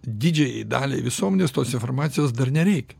didžiajai daliai visuomenės tos informacijos dar nereikia